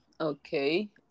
Okay